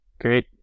Great